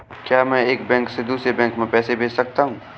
क्या मैं एक बैंक से दूसरे बैंक में पैसे भेज सकता हूँ?